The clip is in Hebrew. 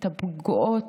את הפגועות,